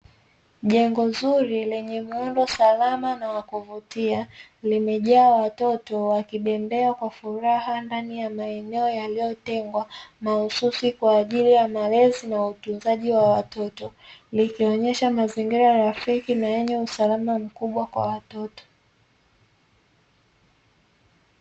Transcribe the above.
Jengo zuri lenye mandhari salama yakuvutia limejaa watoto wakitembea kwa furaha wakionyesha mazingira salama kwa ukuaji wa watoto